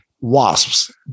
wasps